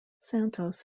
santos